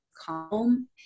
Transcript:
calm